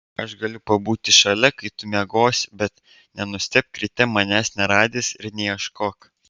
aš galiu pabūti šalia kai tu miegosi bet nenustebk ryte manęs neradęs ir neieškok